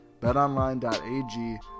betonline.ag